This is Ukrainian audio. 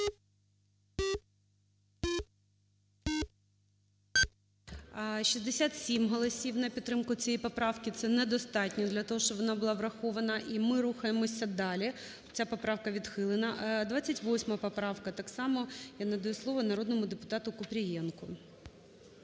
67 голосів на підтримку цієї поправки – це недостатньо для того, щоб вона була врахована. І ми рухаємося далі, ця поправка відхилена. 28 поправка. Так само я надаю слово народному депутатуКупрієнку.